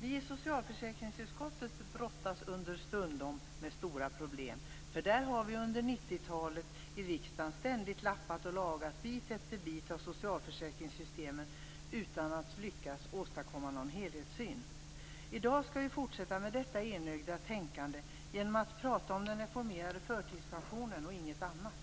Vi i socialförsäkringsutskottet brottas understundom med stora problem, och vi har under 90 talet i riksdagen ständigt lappat och lagat bit efter bit av socialförsäkringssystemen utan att lyckas åstadkomma någon helhetssyn. I dag skall vi fortsätta med detta enögda tänkande genom att prata om den reformerade förtidspensionen och inget annat.